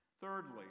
Thirdly